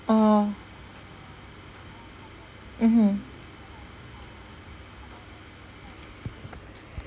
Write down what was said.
(uh huh) mmhmm